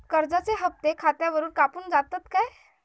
कर्जाचे हप्ते खातावरून कापून जातत काय?